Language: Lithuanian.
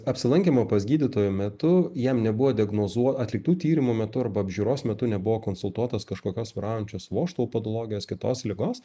apsilankymo pas gydytoją metu jam nebuvo diagnozuo atliktų tyrimų metu arba apžiūros metu nebuvo konsultuotas kažkokios vyraujančios vožtuvų patologijos kitos ligos